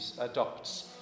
adopts